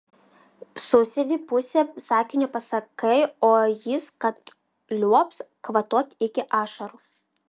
susėdi pusę sakinio pasakai o jis kad liuobs kvatok iki ašarų